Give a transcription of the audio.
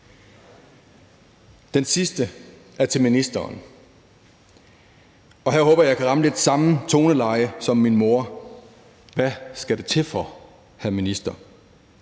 Den sidste er til ministeren, og her håber jeg, jeg kan ramme lidt samme toneleje som min mor: Hvad skal det til for, hr. minister?